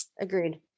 agreed